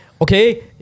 okay